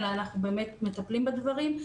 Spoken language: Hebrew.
אלא אנחנו באמת מטפלים בדברים.